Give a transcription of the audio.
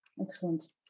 excellent